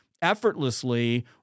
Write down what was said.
effortlessly